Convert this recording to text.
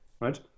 right